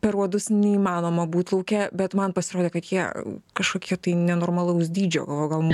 per uodus neįmanoma būt lauke bet man pasirodė kad jie kažkokie tai nenormalaus dydžio o gal